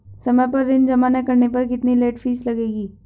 समय पर ऋण जमा न करने पर कितनी लेट फीस लगेगी?